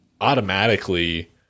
automatically